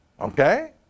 Okay